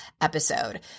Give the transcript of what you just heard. episode